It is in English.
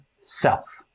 self